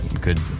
good